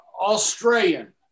Australian